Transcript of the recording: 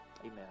Amen